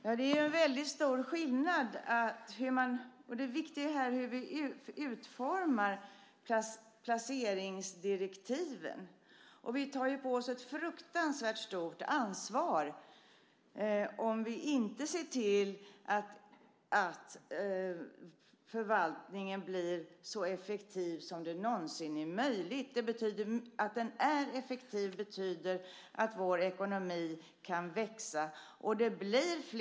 Herr talman! Det finns en stor skillnad här. Det viktiga är hur vi utformar placeringsdirektiven. Vi tar på oss ett fruktansvärt stort ansvar om vi inte ser till att förvaltningen blir så effektiv som det någonsin är möjligt. Att den är effektiv betyder att vår ekonomi kan växa och att det blir flera jobb.